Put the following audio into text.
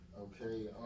Okay